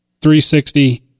360